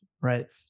right